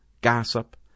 gossip